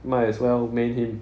might as well main him